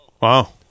Wow